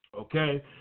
okay